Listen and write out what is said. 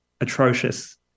atrocious